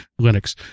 Linux